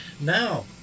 Now